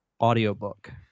audiobook